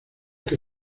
que